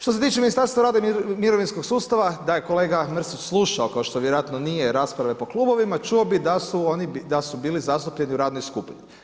Što se tiče Ministarstva rada i mirovinskog sustava da je kolega Mrsić slušao, kao što vjerojatno nije rasprave po klubovima, čuo bi da su bili zastupljeni u radnoj skupini.